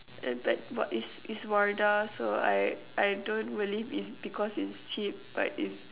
uh but but it's it's Wardah so I I don't believe it's because it's cheap but is